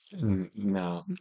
no